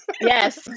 Yes